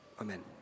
Amen